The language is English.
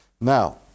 Now